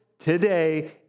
Today